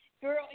Girl